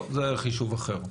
טוב, זה חישוב אחר.